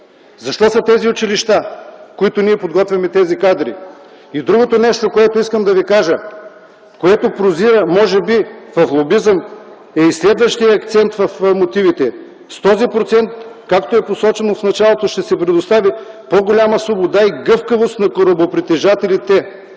Защо са тези училища, в които подготвяме тези кадри? Другото нещо, в което прозира може би лобизъм, е и следващият акцент в мотивите. „С този процент”, както е посочено в началото, „ще се предостави по-голяма свобода и гъвкавост на корабопритежателите.